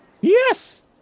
Yes